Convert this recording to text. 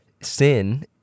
Sin